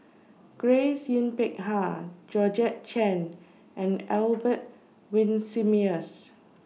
Grace Yin Peck Ha Georgette Chen and Albert Winsemius